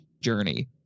journey